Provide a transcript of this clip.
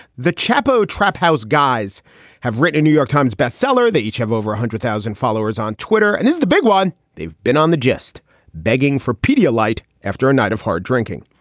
the chapo trap house guys have written new york times bestseller. they each have over one hundred thousand followers on twitter. and it's the big one. they've been on the just begging for pedialyte. after a night of hard drinking,